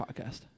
podcast